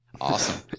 Awesome